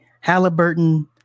Halliburton